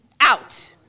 Out